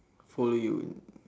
follow you